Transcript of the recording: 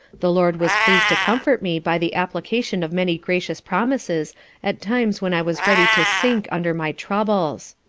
the lord was pleas'd to comfort me by the application of many gracious promises at times when i was ready to sink under my troubles.